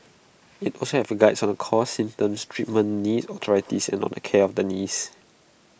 IT also has Guides on the causes symptoms treatment knee osteoarthritis and on the care of the knees